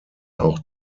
auch